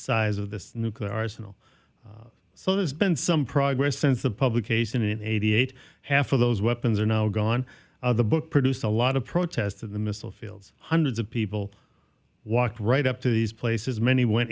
size of this nuclear arsenal so there's been some progress since the publication in eighty eight half of those weapons are now gone the book produced a lot of protest in the missile fields hundreds of people walked right up to these places many went